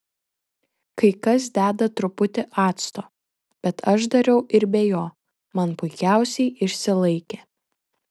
kai kas deda truputį acto bet aš dariau ir be jo man puikiausiai išsilaikė